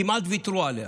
כמעט ויתרו עליה.